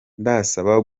ndasaba